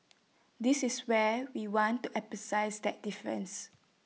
this is where we want to emphasise that difference